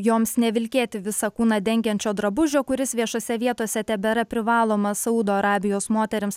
joms nevilkėti visą kūną dengiančio drabužio kuris viešose vietose tebėra privalomas saudo arabijos moterims